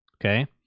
Okay